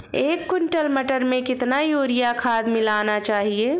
एक कुंटल मटर में कितना यूरिया खाद मिलाना चाहिए?